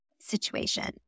situation